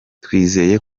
twizeye